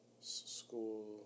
school